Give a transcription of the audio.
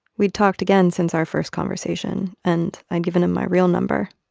we'd talked again since our first conversation. and i'd given him my real number.